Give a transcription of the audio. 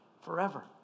forever